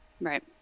Right